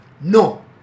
no